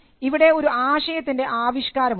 കാരണം ഇവിടെ ഒരു ആശയത്തിൻറെ ആവിഷ്കാരം ഉണ്ട്